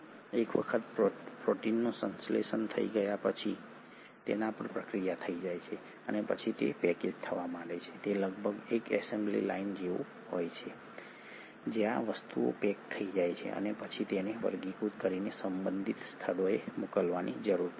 એક વખત પ્રોટીનનું સંશ્લેષણ થઈ જાય તેના પર પ્રક્રિયા થઈ જાય પછી તે પેકેજ થવા માંડે છે તે લગભગ એક એસેમ્બલી લાઇન જેવું હોય છે જ્યાં વસ્તુઓ પેક થઈ જાય છે અને પછી તેને વર્ગીકૃત કરીને સંબંધિત સ્થળોએ મોકલવાની જરૂર પડે છે